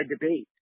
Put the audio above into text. debate